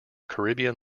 caribbean